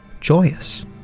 joyous